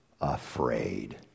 afraid